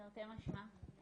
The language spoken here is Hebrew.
תרתי משמע,